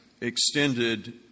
extended